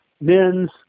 men's